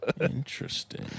Interesting